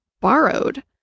borrowed